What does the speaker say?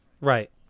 right